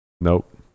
Nope